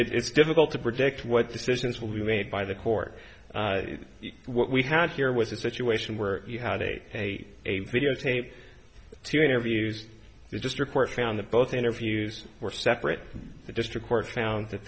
right it's difficult to predict what decisions will be made by the court what we had here was a situation where you had a videotape two interviews you just report found that both interviews were separate from the district court found that